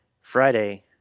Friday